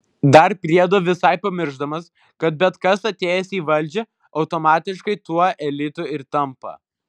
dar priedo visai pamiršdamas kad bet kas atėjęs į valdžią automatiškai tuo elitu ir tampa